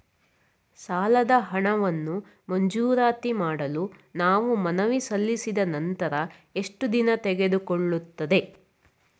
ಸಾಲದ ಹಣವನ್ನು ಮಂಜೂರಾತಿ ಮಾಡಲು ನಾವು ಮನವಿ ಸಲ್ಲಿಸಿದ ನಂತರ ಎಷ್ಟು ದಿನ ತೆಗೆದುಕೊಳ್ಳುತ್ತದೆ?